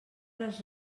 les